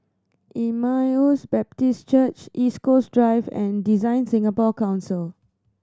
Emmaus Baptist Church East Coast Drive and DesignSingapore Council